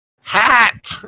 Hat